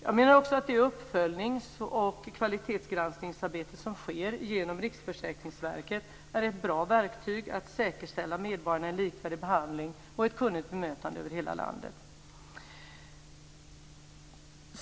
Jag menar också att det uppföljnings och kvalitetsgranskningsarbete som sker genom Riksförsäkringsverket är ett bra verktyg för att säkerställa medborgarna en likvärdig behandling och ett kunnigt bemötande över hela landet.